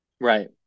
right